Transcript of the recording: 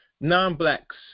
non-blacks